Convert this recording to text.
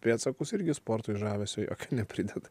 pėdsakus irgi sportui žavesio neprideda